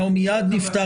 אנחנו מיד נפתח